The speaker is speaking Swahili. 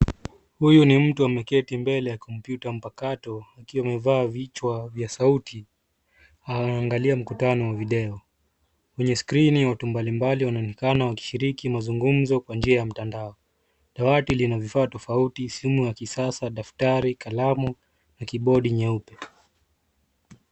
Huyu ni mtu ameketi mbele ya kompyuta mpakato akiwa mavaa vichwa yva sauti anaangalia mkutano wa video. Kwenye skirini watu mbali mbali wanaonekana wakishiliki mazungumzo kwa njia ya mtandao. Dawati lina vifaa tofauti simu ya kisasa, daftari, kalamu na keybodi nyeupe.